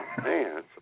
Man